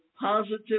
positive